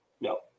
No